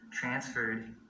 transferred